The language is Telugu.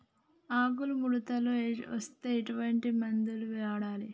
ఆకులు ముడతలు వస్తే ఎటువంటి మందులు వాడాలి?